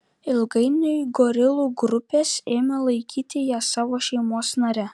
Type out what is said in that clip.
ilgainiui gorilų grupės ėmė laikyti ją savo šeimos nare